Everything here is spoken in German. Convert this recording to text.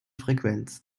frequenz